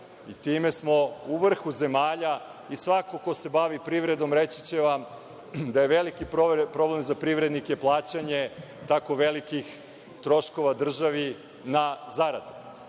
Time smo u vrhu zemalja i svako ko se bavi privredom reći će vam da je veliki problem za privrednike plaćanje tako velikih troškova državi na zarade. Ovo